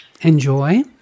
enjoy